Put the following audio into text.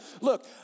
look